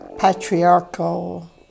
patriarchal